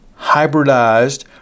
hybridized